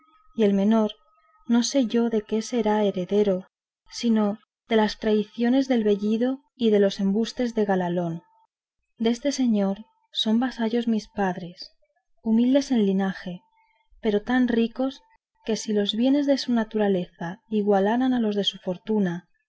y el menor no sé yo de qué sea heredero sino de las traiciones de vellido y de los embustes de galalón deste señor son vasallos mis padres humildes en linaje pero tan ricos que si los bienes de su naturaleza igualaran a los de su fortuna